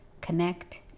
Connect